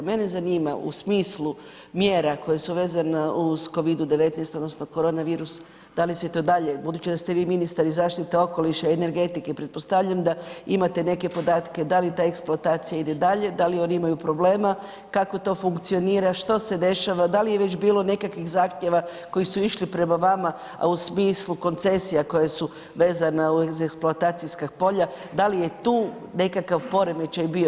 Mene zanima, u smislu mjera koje su vezana uz COVID-19 odnosno koronavirus, da li se to dalje, budući da ste vi ministar i zaštite okoliša i energetike, pretpostavljam da imate neke podatke da li ta eksploatacija ide dalje, da li oni imaju problema, kako to funkcionira, što se dešava, da li je već bilo nekakvih zahtjeva koji su išli prema vama, a u smislu koncesija koje su vezana uz eksploatacijska polja, da li je tu nekakav poremećaj bio?